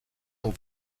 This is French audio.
sont